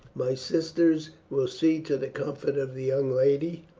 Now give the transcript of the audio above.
my sisters will see to the comfort of the young lady,